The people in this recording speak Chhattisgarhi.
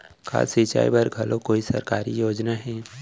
का सिंचाई बर घलो कोई सरकारी योजना हे?